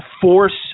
force